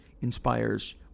inspires